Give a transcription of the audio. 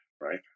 right